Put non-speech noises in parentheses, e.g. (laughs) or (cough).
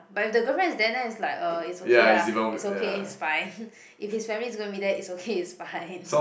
but if the girlfriend is there then it's like err it's okay ah it's okay it's fine (laughs) if his family is going to be there it's okay is fine (laughs)